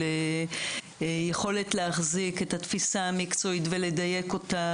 של יכולת להחזיק את התפיסה המקצועית ולדייק אותה